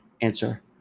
answer